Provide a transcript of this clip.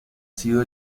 sido